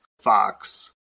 Fox